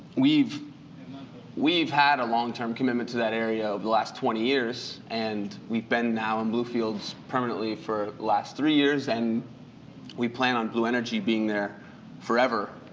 we've we've had a long term commitment to that area over the last twenty years, and we've been now in blue fields permanently for the last three years, and we plan on blueenergy being there forever,